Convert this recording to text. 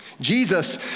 Jesus